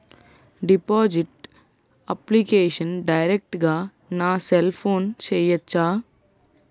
Deposit application direct గా నా cell ఫోన్లో చెయ్యచా?